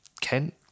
Kent